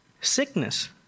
sickness